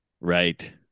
Right